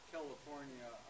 California